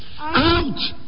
Out